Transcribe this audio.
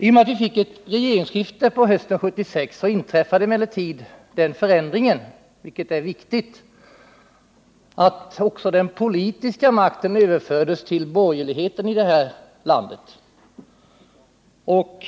Genom att vi fick ett regeringsskifte på hösten 1976 inträffade emellertid den förändringen — vilket det är viktigt att komma ihåg — att också den politiska makten överfördes till borgerligheten i det här landet, och